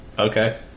Okay